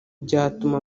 byatuma